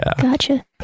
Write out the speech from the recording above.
gotcha